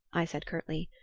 i said curtly.